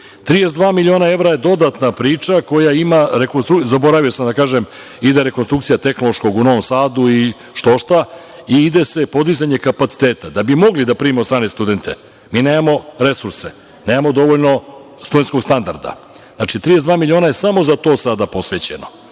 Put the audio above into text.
32 miliona evra. Zaboravio sam da kažem, ide rekonstrukcija tehnološkog u Novom Sadu i štošta i ide se podizanje kapaciteta. Da bi mogli da primimo strane studente, mi nemamo resurse, nemamo dovoljno studentskog standarda. Znači, 32 miliona je samo za to sada posvećeno.